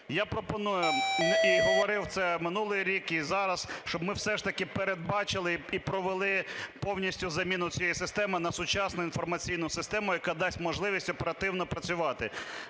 Я пропоную і говорив це минулий рік, і зараз, щоб ми все ж таки передбачили і провели повністю заміну всієї системи на сучасну інформаційну систему, яка дасть можливість оперативно працювати.